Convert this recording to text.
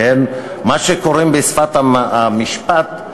מה שקוראים בשפת המשפט,